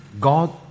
God